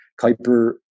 kuiper